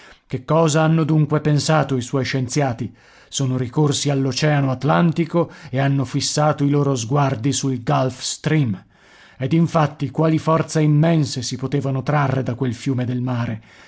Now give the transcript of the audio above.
che cosa hanno dunque pensato i suoi scienziati sono ricorsi all'oceano atlantico e hanno fissati i loro sguardi sul gulf stream ed infatti quali forze immense si potevano trarre da quel fiume del mare